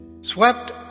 Swept